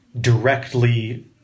directly